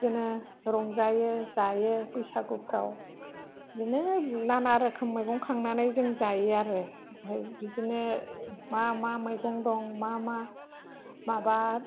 बिदिनो रंजायो जायो बैसागुफोराव बिदिनो बायदि रोखोम मैगं खांनानै जों जायो आरो ओमफ्राय बिदिनो मा मा मैगं दं मा मा माबा